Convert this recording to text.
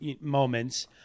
moments